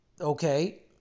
okay